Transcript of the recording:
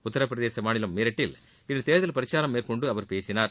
உத்தரப்பிரதேச மாநிலம் மீரட்டில் இன்று தேர்தல் பிரச்சாரம் மேற்கொண்டு அவர் பேசினார்